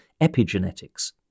epigenetics